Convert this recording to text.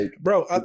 bro